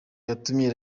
yatumye